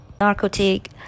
narcotic